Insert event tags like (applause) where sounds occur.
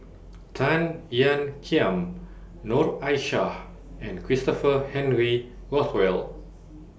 (noise) Tan Ean Kiam Noor Aishah and Christopher Henry Rothwell